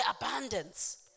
abundance